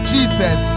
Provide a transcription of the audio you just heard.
Jesus